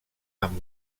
amb